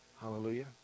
Hallelujah